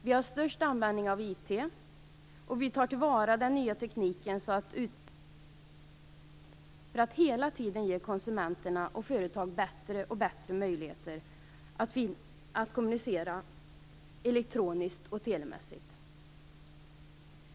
Vi är de största användarna av IT och vi tar till vara den nya tekniken så att utbyggnadstakten är enorm, för att hela tiden ge konsumenter och företag allt bättre möjligheter att kommunicera elektroniskt och telemässigt.